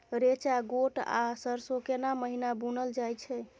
रेचा, गोट आ सरसो केना महिना बुनल जाय छै?